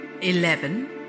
eleven